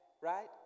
Right